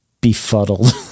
befuddled